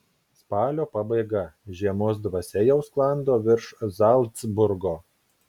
spalio pabaiga žiemos dvasia jau sklando virš zalcburgo